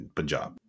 Punjab